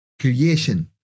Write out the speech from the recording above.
creation